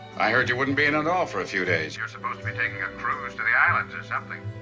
i heard you wouldn't be in at and all for a few days. you're supposed to be taking a cruise to the islands or something.